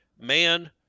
man